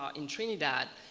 um in trinidad.